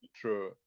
true